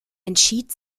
entschied